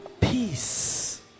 Peace